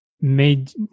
made